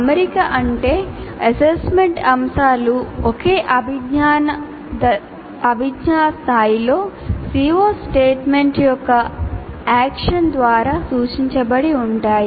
అమరిక అంటే assessment అంశాలు ఒకే అభిజ్ఞా స్థాయిలో CO స్టేట్మెంట్ యొక్క ఆక్షన్ ద్వారా సూచించబడి ఉంటాయి